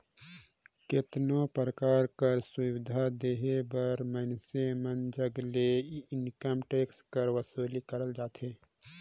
केतनो परकार कर सुबिधा देहे बर मइनसे मन जग ले इनकम टेक्स कर बसूली करल जाथे